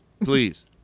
please